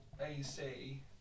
AC